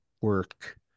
work